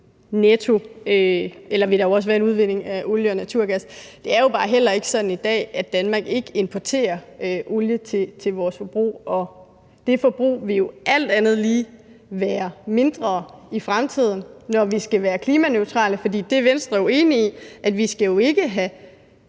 Derfor vil der også være en udvinding af olie og naturgas. Det er jo bare heller ikke sådan i dag, at Danmark ikke importerer olie til vores forbrug. Det forbrug vil alt andet lige være mindre i fremtiden, når vi skal være klimaneutrale, og Venstre er jo enig i, at vi f.eks. ikke skal